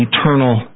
Eternal